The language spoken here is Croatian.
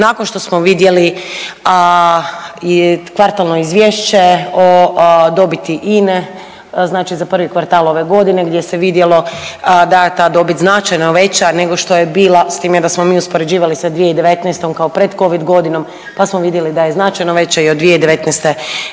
nakon što smo vidjeli i kvartalno izvješće o dobiti INA-e znači za prvi kvartal ove godine gdje se vidjelo da je ta dobit značajno veća nego što je bila s time da smo mi uspoređivali sa 2019. kao predcovid godinom, pa smo vidjeli da je značajno veća i od 2019. godine.